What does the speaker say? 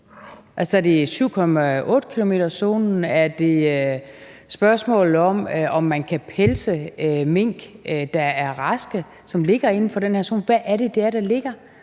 Er det 7,8-kilometerszonen, er det spørgsmålet om, om man kan pelse mink, der er raske, og som befinder sig inden for den her zone? Hvad er det, der ligger